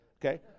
Okay